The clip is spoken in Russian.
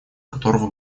которого